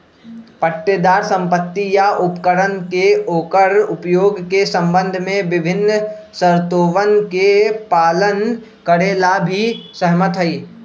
पट्टेदार संपत्ति या उपकरण के ओकर उपयोग के संबंध में विभिन्न शर्तोवन के पालन करे ला भी सहमत हई